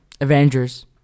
Avengers